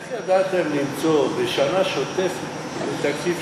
איך ידעת לבדוק משנה שוטפת,